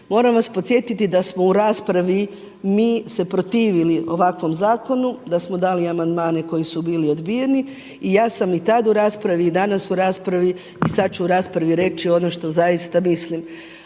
Moram vas podsjetiti da smo u raspravi mi se protivili ovakvom zakonu, da smo dali amandmane koji su bili odbijeni i ja sam i tada u raspravi i danas u raspravi i sada ću u raspravi reći ono što zaista mislim.